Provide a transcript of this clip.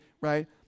right